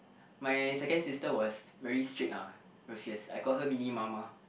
my second sister was very strict ah very fierce I call her mini mama